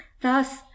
thus